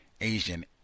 Asian